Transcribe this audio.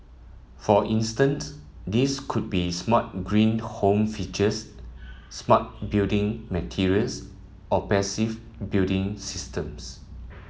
for instanced these could be smart green home features smart building materials or passive building systems